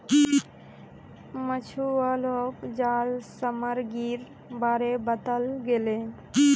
मछुवालाक जाल सामग्रीर बारे बताल गेले